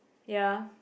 ya